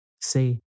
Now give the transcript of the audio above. say